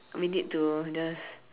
we need to just